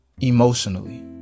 emotionally